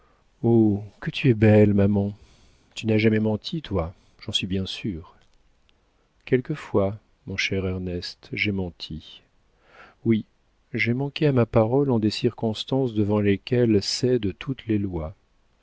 que tu es belle maman tu n'as jamais menti toi j'en suis bien sûr quelquefois mon cher ernest j'ai menti oui j'ai manqué à ma parole en des circonstances devant lesquelles cèdent toutes les lois